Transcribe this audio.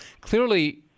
Clearly